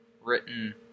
written